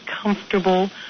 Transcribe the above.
comfortable